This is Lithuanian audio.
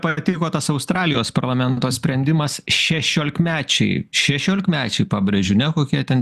patiko tas australijos parlamento sprendimas šešiolikmečiai šešiolikmečiai pabrėžiu ne kokie ten